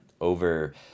over